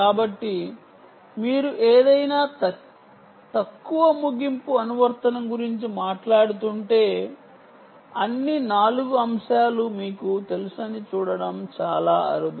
కాబట్టి మీరు ఏదైనా తక్కువ ముగింపు అనువర్తనం గురించి మాట్లాడుతుంటే అన్ని 4 అంశాలు మీకు తెలుసని చూడటం చాలా అరుదు